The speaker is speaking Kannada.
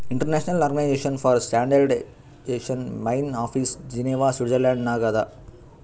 international organization for standardization main office Geneva Switzerland ನಾಗ್ ಅದಾ